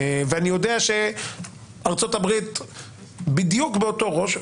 אני יודע שארצות הברית בדיוק באותו ראש,